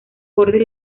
bordes